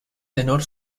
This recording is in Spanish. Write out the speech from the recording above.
tenor